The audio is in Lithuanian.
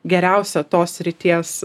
geriausią tos srities